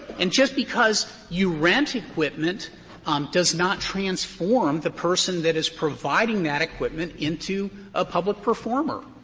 and just because you rent equipment does not transform the person that is providing that equipment into a public performer,